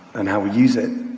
and how we use it,